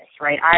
right